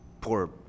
poor